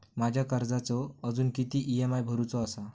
माझ्या कर्जाचो अजून किती ई.एम.आय भरूचो असा?